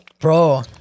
Bro